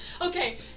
Okay